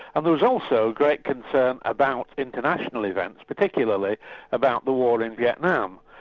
and there was also a great concern about international events, particularly about the war in vietnam,